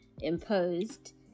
imposed